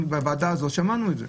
בוועדה הזאת שמענו את זה.